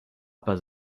pas